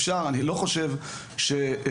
אני לא חושב שהמדינה